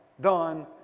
done